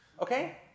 Okay